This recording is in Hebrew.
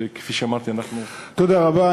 תודה רבה.